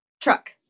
truck